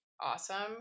awesome